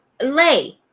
Lay